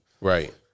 Right